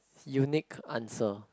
unique answer